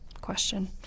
question